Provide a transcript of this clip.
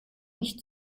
nicht